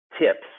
tips